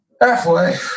halfway